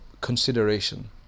consideration